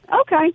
Okay